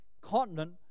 continent